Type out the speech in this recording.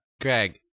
greg